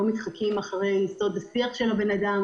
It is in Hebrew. לא מתחקים אחר סוד השיח של הבן אדם,